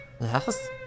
Yes